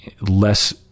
less